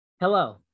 Hello